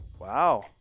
Wow